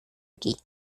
aquí